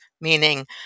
meaning